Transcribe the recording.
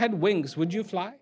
had wings would you fly